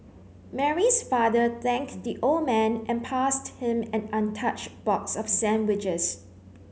Mary's father thanked the old man and passed him an untouched box of sandwiches